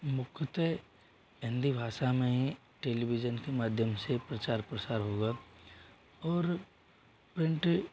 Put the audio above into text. मुख्यतः हिंदी भाषा में ही टेलीविजन के माध्यम से प्रचार प्रसार होगा और प्रिंट